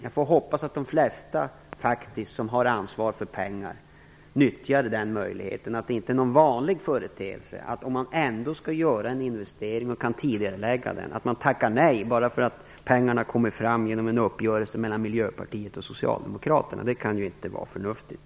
Jag hoppas alltså att de flesta som har ansvar för pengar utnyttjar nämnda möjlighet och att det inte är en vanlig företeelse att man - om man ändå skall göra en investering och kan tidigarelägga denna - tackar nej bara därför att pengarna kommer genom en uppgörelse mellan Miljöpartiet och Socialdemokraterna, för det kan inte vara förnuftigt.